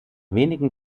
wenigen